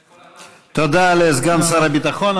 זה כל הלחץ, תודה לסגן שר הביטחון.